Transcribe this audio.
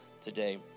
today